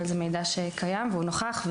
אבל המידע ישנו ונוכח.